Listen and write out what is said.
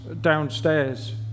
downstairs